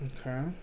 okay